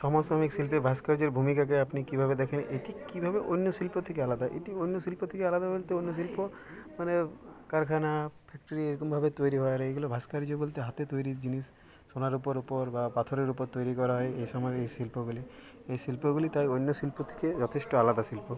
সমসাময়িক শিল্পে ভাস্কর্যের ভূমিকাকে আপনি কীভাবে দেখেন এটি কীভাবে অন্য শিল্প থেকে আলাদা এটি অন্য শিল্প থেকে আলাদা বলতে অন্য শিল্প মানে কারখানা ফ্যাক্টরি এইরকমভাবে তৈরি হয় ভাস্কর্য বলতে হাতে তৈরি জিনিস সোনা রূপোর জিনিস বা পাথরের উপরে তৈরি করা হয় এই সময়ের এই শিল্পগুলি এই শিল্পগুলি তাই অন্য শিল্প থেকে যথেষ্ট আলাদা শিল্প